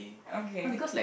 okay